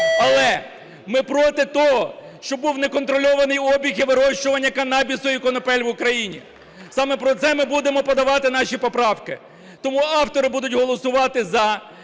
Але ми проти того, щоб був неконтрольований обіг і вирощування канабісу і конопель в Україні. Саме про це ми будемо подавати наші поправки. Тому автори будуть голосувати "за",